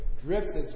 drifted